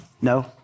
No